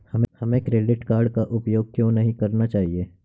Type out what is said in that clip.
हमें credit card का उपयोग क्यों नहीं करना चाहिए?